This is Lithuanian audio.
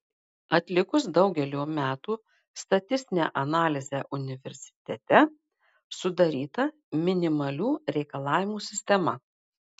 atlikus daugelio metų statistinę analizę universitete sudaryta minimalių reikalavimų sistema